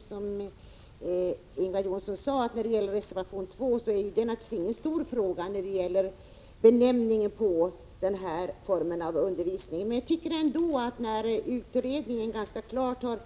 Som Ingvar Johnsson sade gäller reservation 2 inte heller någon stor fråga, utan den gäller benämningen på denna form av undervisning. Eftersom utredningen ganska klart har